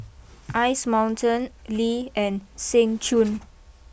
Ice Mountain Lee and Seng Choon